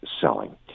selling